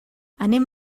anem